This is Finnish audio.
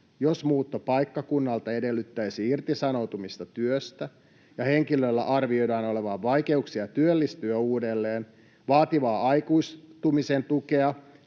jos muutto paikkakunnalta edellyttäisi irtisanoutumista työstä ja henkilöllä arvioidaan olevan vaikeuksia työllistyä uudelleen, vaativaa aikuistumisen tukea